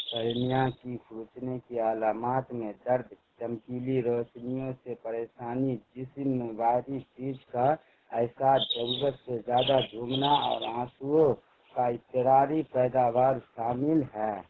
قرنیہ کی کھرچنے کی علامات میں درد چمکیلی روشنیوں سے پریشانی جسم میں بھاری سیج کا احساس ضرورت سے زیادہ جھومنا اور آنسوؤں کا اضطراری پیداوار شامل ہیں